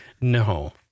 No